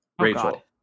Rachel